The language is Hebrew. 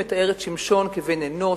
הוא מתאר את שמשון כבן אנוש,